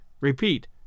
repeat